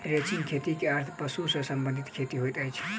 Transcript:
ranching खेतीक अर्थ पशु सॅ संबंधित खेती होइत अछि